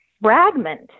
fragment